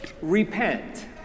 Repent